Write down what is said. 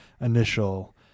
initial